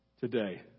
today